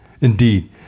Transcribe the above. Indeed